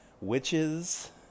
witches